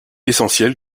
essentiel